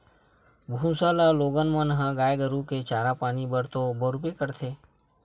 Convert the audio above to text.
भूसा ल लोगन मन ह गाय गरु के चारा पानी बर तो बउरबे करथे